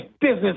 business